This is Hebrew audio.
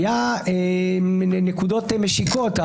היו נקודות משיקות.